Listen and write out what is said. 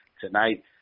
Tonight